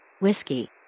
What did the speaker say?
Whiskey